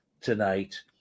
tonight